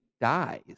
dies